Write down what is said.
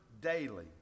daily